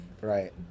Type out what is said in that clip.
right